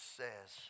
says